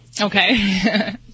Okay